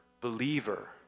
believer